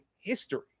history